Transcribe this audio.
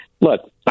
Look